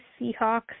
Seahawks